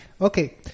okay